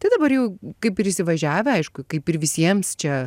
tai dabar jau kaip ir įsivažiavę aišku kaip ir visiems čia